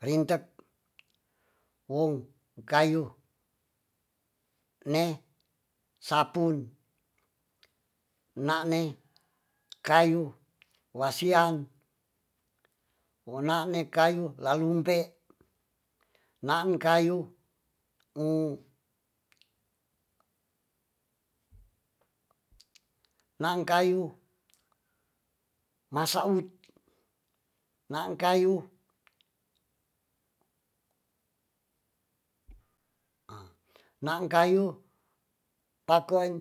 rintet wong kayu ne sapun nane kayu wasian wonane kayu lalumpe naan kayu u- naan kayu ma saut, naan kayu- naaan kayu pakon